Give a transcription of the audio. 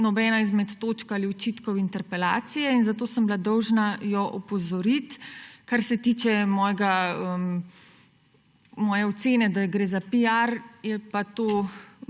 nobena izmed točk ali očitkov interpelacije in zato sem bila dolžna jo opozoriti. Kar se tiče moje ocene, da gre za piar, je pa to